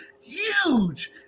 huge